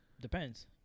Depends